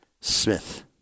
Smith